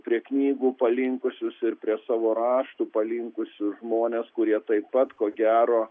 prie knygų palinkusius ir prie savo raštų palinkusius žmones kurie taip pat ko gero